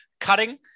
cutting